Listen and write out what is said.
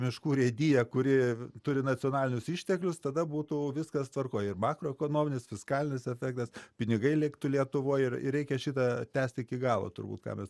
miškų urėdija kuri turi nacionalinius išteklius tada būtų viskas tvarkoj ir makroekonominis fiskalinis efektas pinigai liktų lietuvoj ir ir reikia šitą tęst iki galo turbūt ką mes